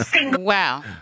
Wow